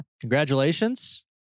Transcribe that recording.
Congratulations